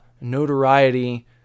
notoriety